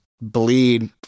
bleed